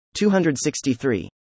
263